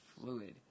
Fluid